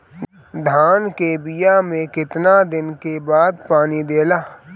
धान के बिया मे कितना दिन के बाद पानी दियाला?